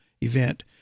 event